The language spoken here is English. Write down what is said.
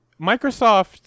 Microsoft